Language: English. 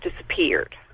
disappeared